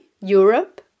Europe